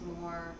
more